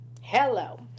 Hello